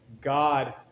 God